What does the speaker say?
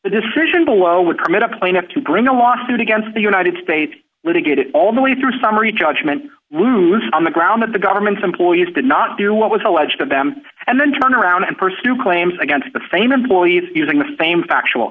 the decision below would permit a plaintiff to bring a lawsuit against the united states litigated all the way through summary judgment loose on the ground that the government employees did not do what was alleged to them and then turn around and pursue claims against the same employees using the fame factual